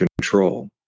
control